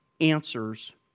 answers